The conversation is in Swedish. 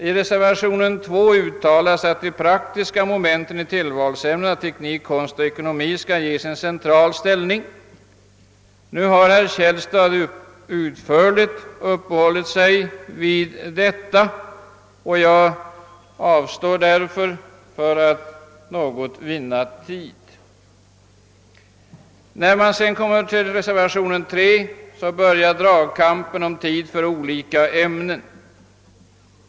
I reservationen 2 framhålles att de praktiska momenten i tillvalsämnena teknik, konst och ekonomi skall ges en central ställning. Nu har herr Källstad utförligt uppehållit sig vid detta och för att vinna tid avstår jag därför från att gå in härpå. I reservationen 3 börjar dragkampen om timantal för olika ämnen.